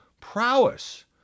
prowess